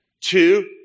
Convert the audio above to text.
Two